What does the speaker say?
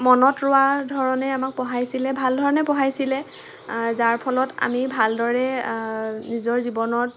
মনত ৰোৱা ধৰণে আমাক পঢ়াইছিলে ভাল ধৰণে পঢ়াইছিলে যাৰ ফলত আমি ভাল দৰে নিজৰ জীৱনত